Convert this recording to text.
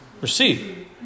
receive